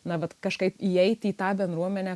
na vat kažkaip įeiti į tą bendruomenę